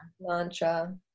mantra